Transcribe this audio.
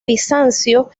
bizancio